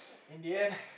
in the end